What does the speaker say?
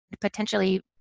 potentially